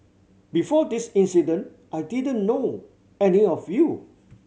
before this incident I didn't know any of you